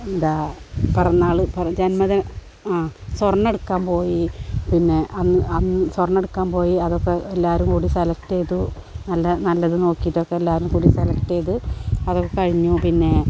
എന്താണ് പിറന്നാള് ജന്മദിനം ആ സ്വർണം എടുക്കാൻ പോയി പിന്നേ സ്വർണമെടുക്കാൻ പോയി അതൊക്കെ എല്ലാവരും കൂടി സെലക്റ്റ് ചെയ്തു എല്ലാം നല്ലത് നോക്കിയിട്ടൊക്കെ എല്ലാവരും കൂടി സെലക്റ്റെയ്ത് അതൊക്കെ കഴിഞ്ഞു പിന്നെ